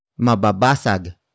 Mababasag